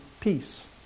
peace